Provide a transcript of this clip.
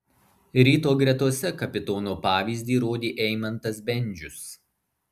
ryto gretose kapitono pavyzdį rodė eimantas bendžius